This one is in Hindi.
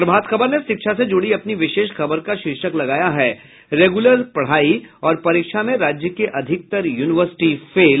प्रभाात खबर ने शिक्षा से जुड़ी अपनी विशेष खबर का र्शीर्षक लगाया है रेगुलर पढ़ाई और परीक्षा में राज्य के अधिकतर यूनिवर्सिटी फेल